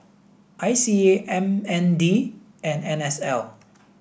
I C A M N D and N S L